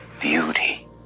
beauty